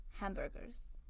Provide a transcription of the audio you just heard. hamburgers